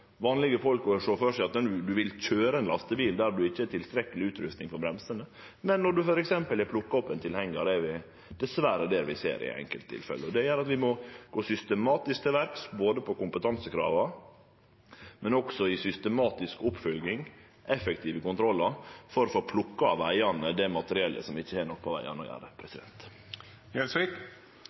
vanlege folk å sjå føre seg at ein vil køyre ein lastebil der ein ikkje har tilstrekkeleg utrusta bremsar når ein f.eks. har plukka opp ein tilhengjar, men det er dessverre det vi ser i enkelte tilfelle. Det gjer at vi må gå systematisk til verks med omsyn til både kompetansekrava, systematisk oppfølging og effektive kontrollar, for å få plukka av eigarane det materiellet som ikkje har noko på vegane å gjere.